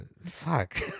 fuck